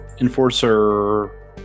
enforcer